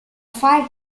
fire